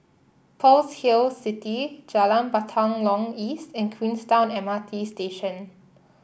Pearl's Hill City Jalan Batalong East and Queenstown M R T Station